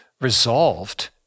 resolved